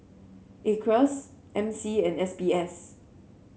Acres M C and S B S